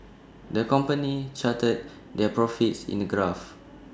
the company charted their profits in A graph